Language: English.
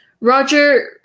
Roger